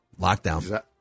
Lockdown